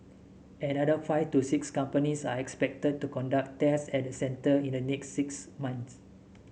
another five to six companies are expected to conduct tests at the centre in the next six months